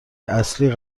اصلی